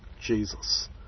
Jesus